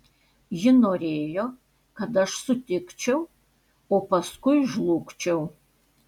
ji norėjo kad aš sutikčiau o paskui žlugčiau